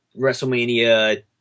WrestleMania